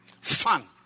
fun